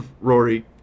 Rory